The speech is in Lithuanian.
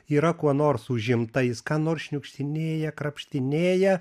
yra kuo nors užimta jis ką nors šniukštinėja krapštinėja